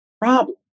problem